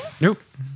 Nope